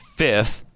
fifth